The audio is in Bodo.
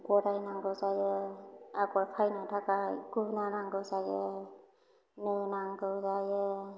गराइ नांगौ जायो आगर खायनो थाखाय गुना नांगौ जायो नो नांगौ जायो